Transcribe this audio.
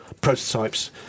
prototypes